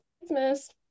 Christmas